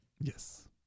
Yes